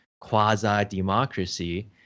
quasi-democracy